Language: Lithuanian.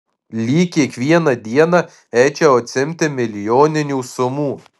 lyg kiekvieną dieną eičiau atsiimti milijoninių sumų